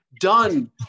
done